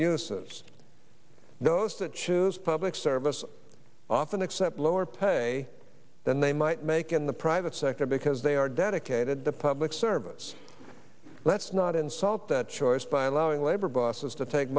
uses those that choose public services often accept lower pay than they might make in the private sector because they are dedicated to public service let's not insult that choice by allowing labor bosses to take